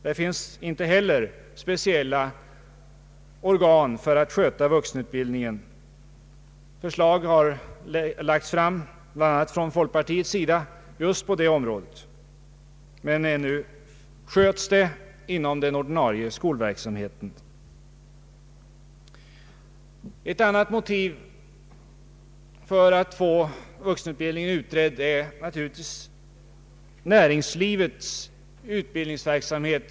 Där existerar inte heller några speciella organ för att sköta vuxenutbildningen. Förslag har lagts fram i den riktningen, bl.a. från folkpartiets sida. Ett annat motiv för att få vuxenutbildningen utredd är naturligtvis näringslivets utbildningsverksamhet.